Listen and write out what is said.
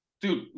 Dude